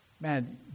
man